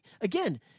Again